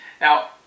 Now